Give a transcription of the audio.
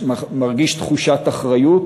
מרגיש תחושת אחריות,